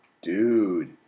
Dude